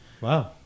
Wow